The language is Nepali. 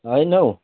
होइन हो